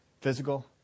Physical